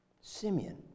Simeon